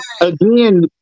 again